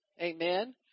Amen